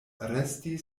resti